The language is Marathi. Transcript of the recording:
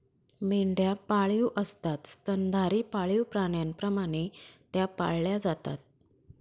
मेंढ्या पाळीव असतात स्तनधारी पाळीव प्राण्यांप्रमाणे त्या पाळल्या जातात